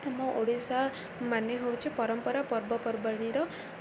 ଆମ ଓଡ଼ିଶା ମାନେ ହେଉଛି ପରମ୍ପରା ପର୍ବପର୍ବାଣୀର